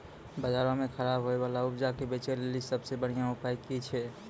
बजारो मे खराब होय बाला उपजा के बेचै लेली सभ से बढिया उपाय कि छै?